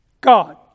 God